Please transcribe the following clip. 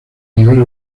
nivel